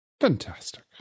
Fantastic